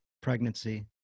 pregnancy